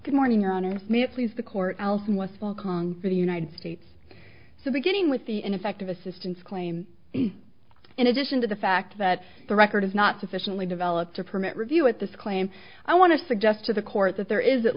good morning your honor may it please the court al who was well conquer the united states so beginning with the ineffective assistance claim in addition to the fact that the record is not sufficiently developed to permit review at this claim i want to suggest to the court that there is at